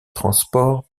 transports